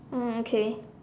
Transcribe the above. mm okay